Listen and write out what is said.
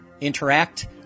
interact